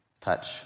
touch